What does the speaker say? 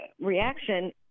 reaction